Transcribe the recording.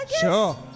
Sure